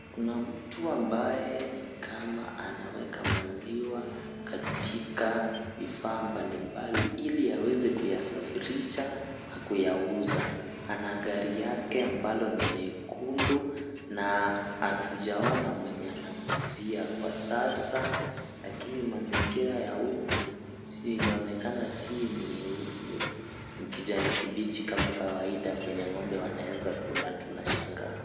Kuna mtu ambaye nikama anaweka maziwa katika vifaa mbalimbali ili aweze kuyasafirisha na kuyauza, ana gari yake ambalo ni lekundu na hatujaona mwenye anamuuzia kwa sasa lakini mazingira ya huku, si inaonekana si kijanikibichi kama kawaida kwenye ng'ombe wanaweza kula, tunashangaa.